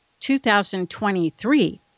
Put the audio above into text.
2023